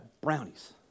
brownies